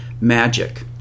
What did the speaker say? magic